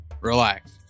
relax